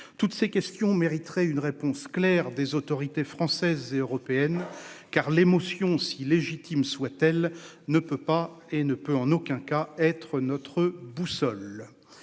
Toutes ces questions mériteraient une réponse claire des autorités françaises et européennes. Car l'émotion si légitime soit-elle, ne peut pas et ne peut en aucun cas être notre boussole.